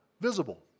visible